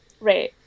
right